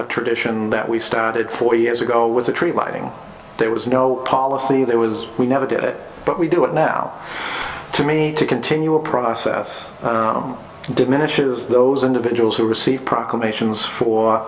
a tradition that we started four years ago with the tree lighting there was no policy there was we never did it but we do it now to me to continue a process diminishes those individuals who receive proclamations for